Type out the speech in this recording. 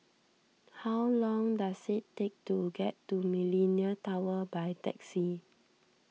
how long does it take to get to Millenia Tower by taxi